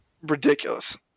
ridiculous